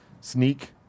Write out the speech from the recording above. Sneak